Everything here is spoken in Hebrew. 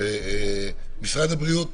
משרד הבריאות